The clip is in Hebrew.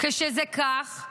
כשזה כך,